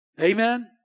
Amen